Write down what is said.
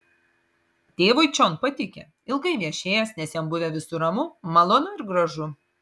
tėvui čion patikę ilgai viešėjęs nes jam buvę visur ramu malonu ir gražu